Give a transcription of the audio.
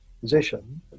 position